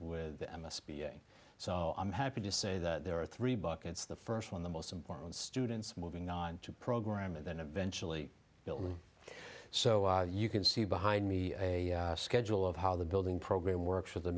with them a speech so i'm happy to say that there are three buckets the first one the most important students moving on to program and then eventually building so you can see behind me a schedule of how the building program works for the